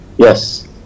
yes